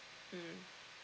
mmhmm